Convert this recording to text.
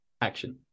action